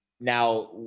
Now